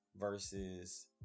versus